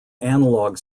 analogue